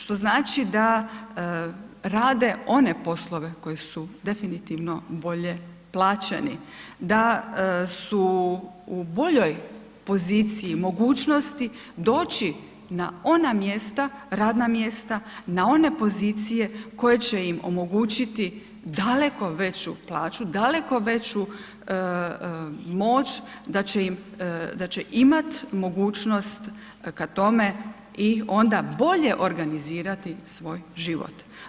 Što znači da rade one poslove koji su definitivno bolje plaćeni, da su u boljoj poziciji, mogućnosti doći na ona mjesta, radna mjesta, na one pozicije koje će im omogućiti daleko veću plaću, daleko veću moć, da će imat mogućnost ka tome i onda bolje organizirati svoj život.